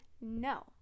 no